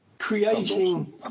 Creating